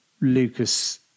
lucas